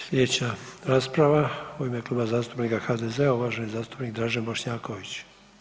Sljedeća rasprava u ime Kluba zastupnika HDZ-a uvaženi zastupnik Dražen Bošnjaković.